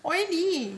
oily